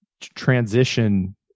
transition